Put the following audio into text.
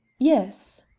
yes.